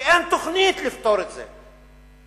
שאין תוכנית לפתור את זה.